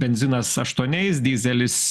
benzinas aštuoniais dyzelis